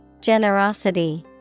Generosity